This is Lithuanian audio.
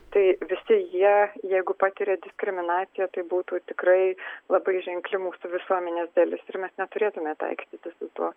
tai visi jie jeigu patiria diskriminaciją tai būtų tikrai labai ženkli mūsų visuomenės dalis ir mes neturėtume taikstytis su tuo